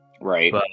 Right